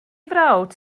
frawd